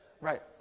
Right